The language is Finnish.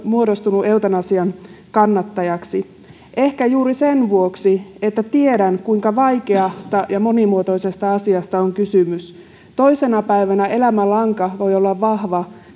muodostunut eutanasian kannattajaksi ehkä juuri sen vuoksi että tiedän kuinka vaikeasta ja monimuotoisesta asiasta on kysymys toisena päivänä elämänlanka voi olla vahva